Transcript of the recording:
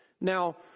Now